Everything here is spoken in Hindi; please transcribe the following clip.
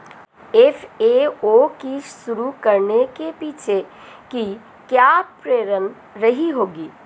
एफ.ए.ओ को शुरू करने के पीछे की क्या प्रेरणा रही होगी?